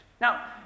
Now